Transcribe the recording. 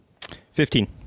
Fifteen